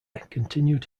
continued